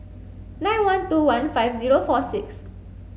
nine one two one five zero four six